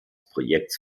projekts